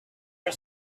her